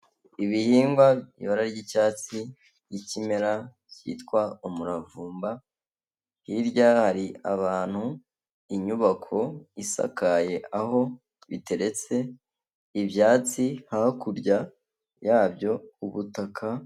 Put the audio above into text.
Ibihingwa ibara ry'icyatsi y'ikimera cyitwa umuravumba, hirya hari abantu, inyubako isakaye aho biteretse ibyatsi hakurya yabyo ku butaka.